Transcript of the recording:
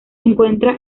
encuentra